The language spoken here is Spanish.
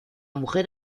mujer